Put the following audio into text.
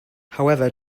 however